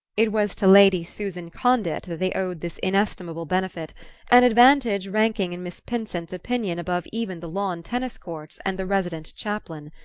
it was to lady susan condit that they owed this inestimable benefit an advantage ranking in miss pinsent's opinion above even the lawn tennis courts and the resident chaplain.